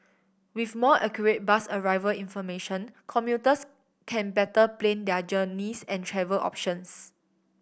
with more accurate bus arrival information commuters can better plan their journeys and travel options